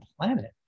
planet